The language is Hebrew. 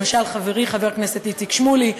למשל חברי חבר הכנסת איציק שמולי,